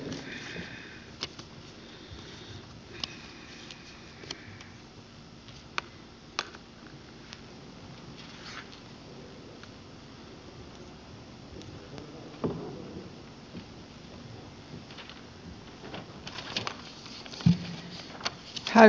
herr talman